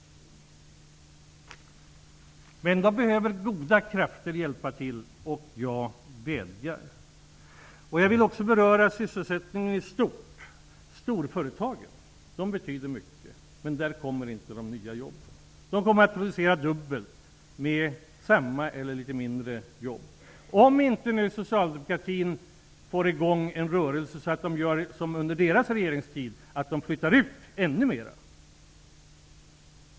Men då behöver goda krafter hjälpa till, och jag vädjar till dem. Jag vill också beröra sysselsättningen i stort. Storföretagen betyder mycket, men där finns inte de nya jobben. De kommer att producera dubbelt med samma eller mindre antal jobb -- om nu inte socialdemokratin sätter i gång en rörelse så att företagen flyttar ut ännu mera, som de gjorde under socialdemokratins regeringstid.